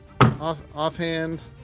offhand